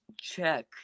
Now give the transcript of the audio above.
check